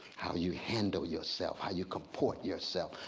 how you handle yourself, how you comport yourself,